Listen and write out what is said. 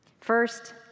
First